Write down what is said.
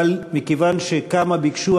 אבל מכיוון שכמה ביקשו,